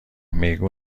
میگو